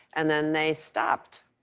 and then they stopped.